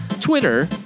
Twitter